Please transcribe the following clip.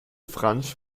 franz